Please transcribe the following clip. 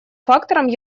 фактором